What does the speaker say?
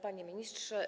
Panie Ministrze!